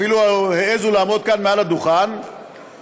והם אפילו העזו לעמוד כאן מעל הדוכן ועם